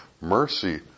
Mercy